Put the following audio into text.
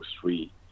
three